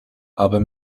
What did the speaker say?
aber